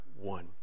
one